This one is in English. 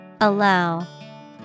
Allow